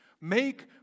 Make